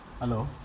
Hello